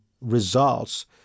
results